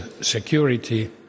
security